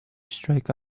strike